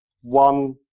one